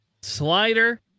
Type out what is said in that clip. Slider